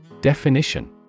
Definition